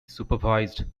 supervised